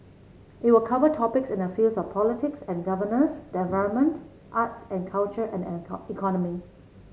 it will cover topics in the fields of politics and governance the environment arts and culture and the economy